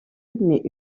mais